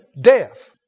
death